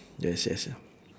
yes yes ya